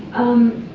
um,